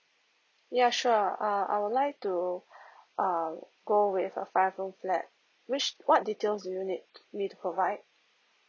ya sure err I would like to err go with a five room flat which what details do you need me to provide